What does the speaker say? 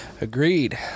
agreed